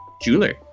jeweler